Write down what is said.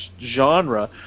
genre